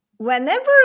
Whenever